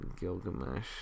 Gilgamesh